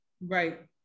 Right